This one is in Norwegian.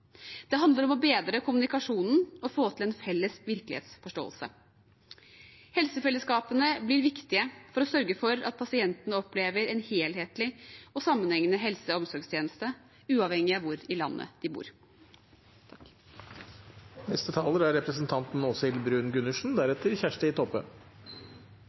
Det handler om å bedre kommunikasjonen og få til en felles virkelighetsforståelse. Helsefellesskapene blir viktige for å sørge for at pasientene opplever en helhetlig og sammenhengende helse- og omsorgstjeneste, uavhengig av hvor i landet de bor. Hver natt blir eldre og skrøpelige personer sendt hjem fra sykehus. Det er